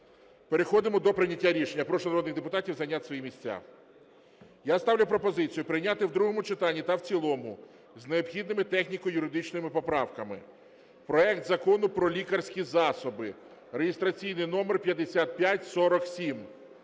Переходимо до прийняття рішення. Прошу народних депутатів зайняти свої місця. Я ставлю пропозицію прийняти в другому читанні та в цілому з необхідними техніко-юридичними поправками проект Закону про лікарські засоби (реєстраційний номер 5547).